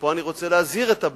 ופה אני רוצה להזהיר את הבית,